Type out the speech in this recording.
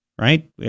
right